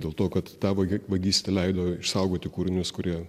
dėl to kad ta vagi vagystė leido išsaugoti kūrinius kurie